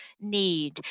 need